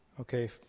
Okay